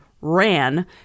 ran